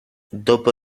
dopo